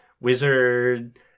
wizard